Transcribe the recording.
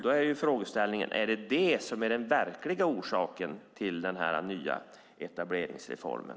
Då är frågeställningen: Är detta den verkliga orsaken till den nya etableringsreformen?